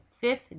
fifth